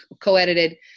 co-edited